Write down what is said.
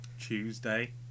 Tuesday